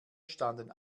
standen